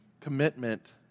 commitment